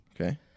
Okay